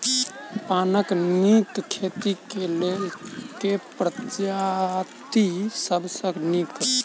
पानक नीक खेती केँ लेल केँ प्रजाति सब सऽ नीक?